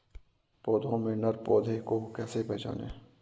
पौधों में नर पौधे को कैसे पहचानें?